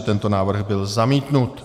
Tento návrh byl zamítnut.